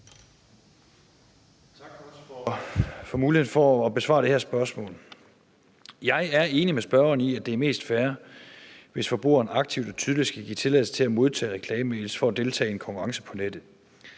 Tak for muligheden for at besvare det her spørgsmål. Jeg er enig med spørgeren i, at det er mest fair, hvis forbrugeren aktivt og tydeligt skal give tilladelse til at modtage reklamemails i forbindelse med at deltage i en konkurrence på nettet,